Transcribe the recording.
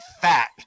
fat